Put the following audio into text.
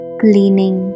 cleaning